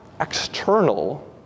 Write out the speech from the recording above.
external